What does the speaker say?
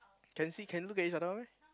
can see can look at each other one meh